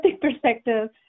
perspective